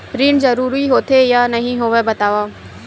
ऋण जरूरी होथे या नहीं होवाए बतावव?